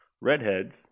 redheads